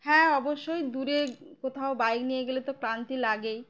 হ্যাঁ অবশ্যই দূরে কোথাও বাইক নিয়ে গেলে তো ক্লান্তি লাগেই